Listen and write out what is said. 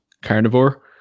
carnivore